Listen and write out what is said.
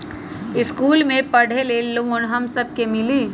इश्कुल मे पढे ले लोन हम सब के मिली?